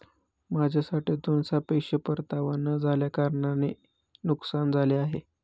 माझ्या साठ्यातून सापेक्ष परतावा न झाल्याकारणाने नुकसान झाले आहे